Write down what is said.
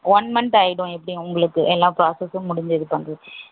one month ஆயிடும் எப்படியும் உங்களுக்கு எல்லா ப்ராசஸ்ஸும் முடிஞ்சு இது பண்ணுறதுக்கு